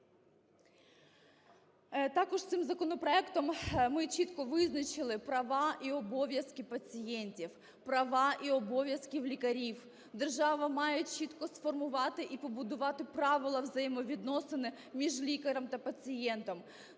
Також цим законопроектом ми чітко визначили права і обов'язки пацієнтів, права і обов'язки лікарів. Держава має чітко сформувати і побудувати правила взаємовідносин між лікарем та пацієнтом.